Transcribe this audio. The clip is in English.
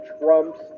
Trump's